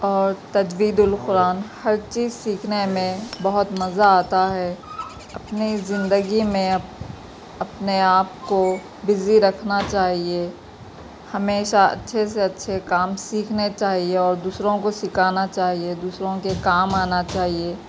اور تجوید القرآن ہر چیز سیکھنے میں بہت مزا آتا ہے اپنی زندگی میں اپنے آپ کو بزی رکھنا چاہیے ہمیشہ اچھے سے اچھے کام سیکھنے چاہیے اور دوسروں کو سکھانا چاہیے دوسروں کے کام آنا چاہیے